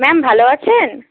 ma'am ভালো আছেন